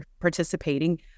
participating